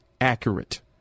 accurate